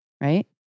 right